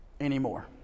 anymore